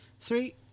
Three